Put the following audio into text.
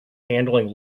handling